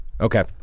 Okay